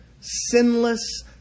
sinless